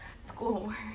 Schoolwork